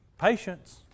patience